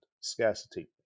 scarcity